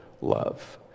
love